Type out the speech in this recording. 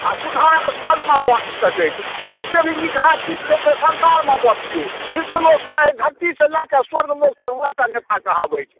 आ सुधारस जगमे बाँटी सकै जतेक भी निकहा चीज छै से संसारमे बाँटियौ मृत्यलोकसँ एहि धरतीसँ लै कऽ स्वर्ग लोक तक ओएह टा नेता कहाबैत छै